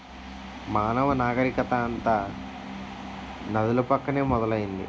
మానవ నాగరికత అంతా నదుల పక్కనే మొదలైంది